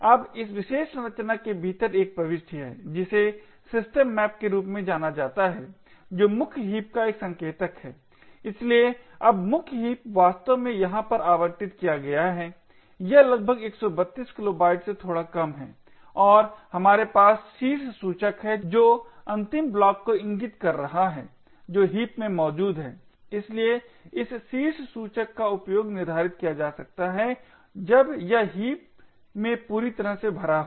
अब इस विशेष संरचना के भीतर एक प्रविष्टि है जिसे सिस्टम मैप के रूप में जाना जाता है जो मुख्य हीप का एक संकेतक है इसलिए अब मुख्य हीप वास्तव में यहां पर आवंटित किया गया है यह लगभग 132 किलोबाइट से थोड़ा कम है और हमारे पास शीर्ष सूचक है जो अंतिम ब्लॉक को इंगित कर रहा है जो हीप में मौजूद है इसलिए इस शीर्ष सूचक का उपयोग निर्धारित किया जा सकता है जब यह हीप पूरी तरह से भरा हो